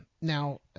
Now